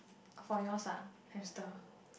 for yours ah hamster